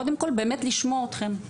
קודם כל בשביל באמת לשמוע אתכם.